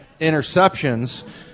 interceptions